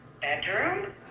bedroom